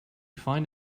find